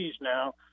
now